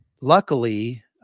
luckily